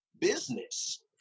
business